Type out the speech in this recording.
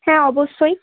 হ্যাঁ অবশ্যই